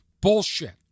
bullshit